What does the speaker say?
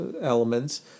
elements